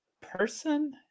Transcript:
person